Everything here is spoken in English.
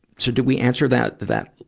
so do we answer that, that,